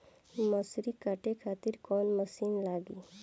मसूरी काटे खातिर कोवन मसिन लागी?